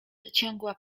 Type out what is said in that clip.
przeciągła